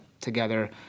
together